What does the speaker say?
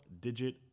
digit